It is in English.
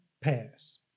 pairs